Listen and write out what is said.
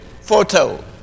foretold